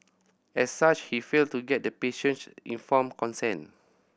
as such he failed to get the patient's informed consent